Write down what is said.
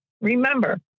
Remember